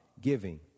giving